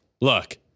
look